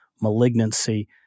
malignancy